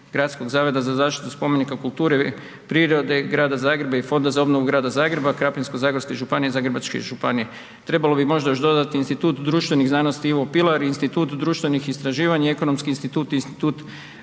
Gradskog zavoda za zaštitu spomenika kulture, prirode, Grada Zagreba i Fonda za obnovu Grada Zagreba, Krapinsko-zagorske županije, Zagrebačke županije, trebalo bi možda još dodati Institut društvenih znanosti Ivo Pilar, Institut društvenih istraživanja, Ekonomski institut i Institut